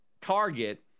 target